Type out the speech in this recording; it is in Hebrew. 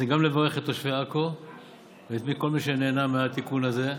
אני רוצה גם לברך את תושבי עכו ואת כל מי שנהנה מהתיקון הזה.